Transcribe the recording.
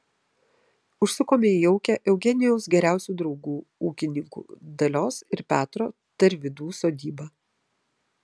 užsukome į jaukią eugenijaus geriausių draugų ūkininkų dalios ir petro tarvydų sodybą